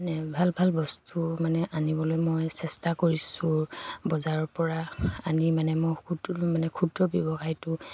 মানে ভাল ভাল বস্তু মানে আনিবলৈ মই চেষ্টা কৰিছোঁ বজাৰৰপৰা আনি মানে মই ক্ষুদ্ৰ মানে ক্ষুদ্ৰ ব্যৱসায়টো